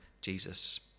Jesus